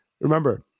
Remember